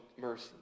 mercy